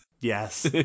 Yes